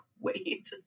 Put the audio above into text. wait